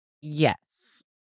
Yes